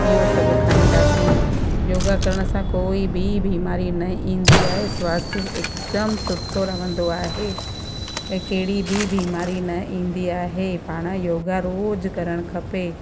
इहो सभु खाईंदासीं योगा करण सां कोई बि बीमारी न ईंदी आहे स्वास्थ्य हिकदमि सुठो रहंदो आहे ऐं कहिड़ी बि बीमारी न ईंदी आहे पाण योगा रोज़ु करणु खपे